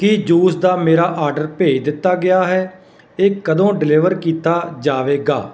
ਕੀ juice ਦਾ ਮੇਰਾ order ਭੇਜ ਦਿੱਤਾ ਗਿਆ ਹੈ ਇਹ ਕਦੋਂ ਡਿਲੀਵਰ ਕੀਤਾ ਜਾਵੇਗਾ